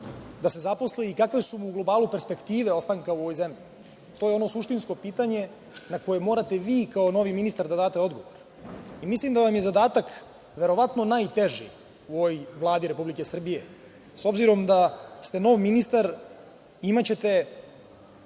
da se zaposli i kakve su mu u globalu perspektive opstanka u ovoj zemlji? To je ono suštinsko pitanje na koje morate vi kao novi ministar da date odgovor. Mislim da vam je zadatak verovatno najteži u ovoj Vladi Republike Srbije. S obzirom da ste nov ministar, imaćete